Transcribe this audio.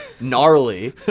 gnarly